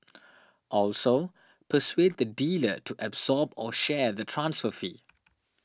also persuade the dealer to absorb or share the transfer fee